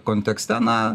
kontekste na